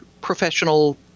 professional